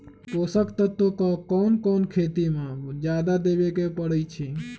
पोषक तत्व क कौन कौन खेती म जादा देवे क परईछी?